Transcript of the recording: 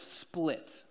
split